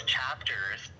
chapters